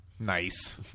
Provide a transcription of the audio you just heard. Nice